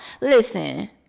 listen